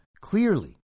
clearly